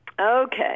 Okay